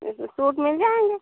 suit मिल जाएंगे